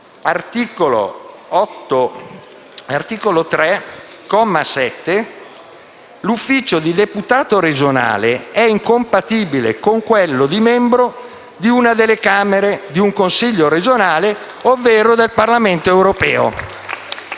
prevede che l’ufficio di deputato regionale è incompatibile con quello di membro di una delle Camere, di un Consiglio regionale, ovvero del Parlamento europeo.